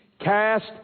cast